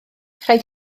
rhaid